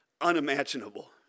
unimaginable